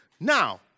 Now